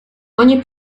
ogni